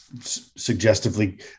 suggestively